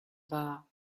war